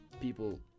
people